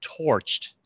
torched